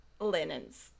Linens